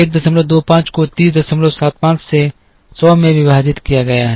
125 को 3075 से 100 में विभाजित किया गया है